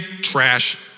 trash